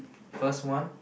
first one